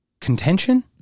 contention